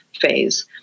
phase